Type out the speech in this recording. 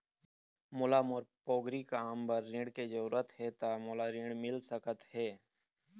मोला मोर पोगरी काम बर ऋण के जरूरत हे ता मोला ऋण मिल सकत हे?